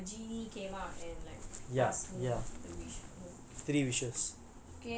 like if a genie came out and like ask me the wish okay